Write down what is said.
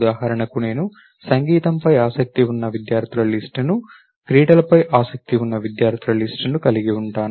ఉదాహరణకు నేను సంగీతంపై ఆసక్తి ఉన్న విద్యార్థుల లిస్ట్ ను క్రీడలపై ఆసక్తి ఉన్న విద్యార్థుల లిస్ట్ ను కలిగి ఉంటాను